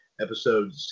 episode